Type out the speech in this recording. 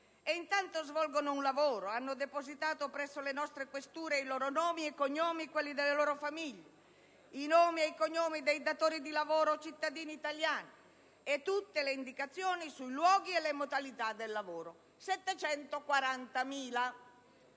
intanto svolgono un lavoro. Essi hanno depositato presso le nostre questure i loro nomi e cognomi e quelli delle loro famiglie, nonché i nomi e i cognomi dei datori di lavoro, cittadini italiani, e tutte le indicazioni sui luoghi e le modalità del lavoro. Si